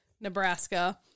Nebraska